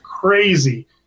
crazy